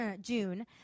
June